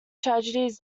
tragedies